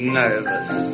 nervous